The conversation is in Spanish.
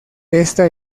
esta